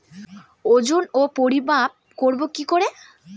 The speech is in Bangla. ওজন ও পরিমাপ করব কি করে?